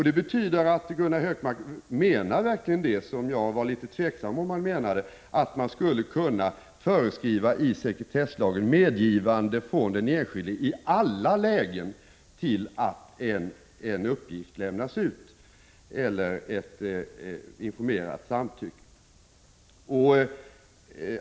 Det betyder att Gunnar Hökmark verkligen menar att — vilket jag var litet tvivlande till att han avsåg — man i sekretesslagen i alla lägen skulle föreskriva medgivande av den enskilde till att en uppgift lämnas ut, eller ett informerat samtycke.